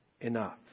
enough